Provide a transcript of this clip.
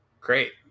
great